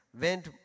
went